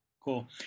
Cool